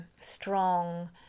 strong